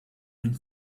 and